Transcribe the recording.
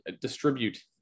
distribute